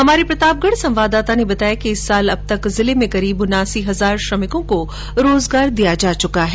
हमारे प्रतापगढ संवाददाता ने बताया कि इस साल अब तक जिले में करीब उन्यासी हजार श्रमिकों को रोजगार दिया जा चुका है